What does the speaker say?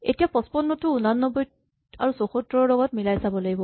এতিয়া ৫৫ টোক ৮৯ আৰু ৭৪ ৰ লগত মিলাই চাব লাগিব